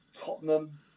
Tottenham